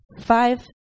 Five